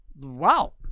Wow